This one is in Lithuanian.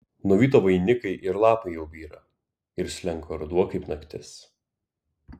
nuvyto vainikai ir lapai jau byra ir slenka ruduo kaip naktis